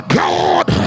god